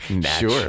Sure